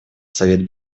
совет